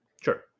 Sure